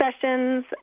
Sessions